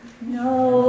No